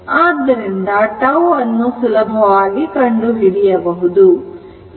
ಆದ್ದರಿಂದ τ ಅನ್ನು ಸುಲಭವಾಗಿ ಕಂಡುಹಿಡಿಯಬಹುದು